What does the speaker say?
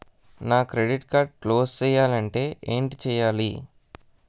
నా credit card close చేయాలంటే ఏంటి చేయాలి?